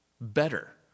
better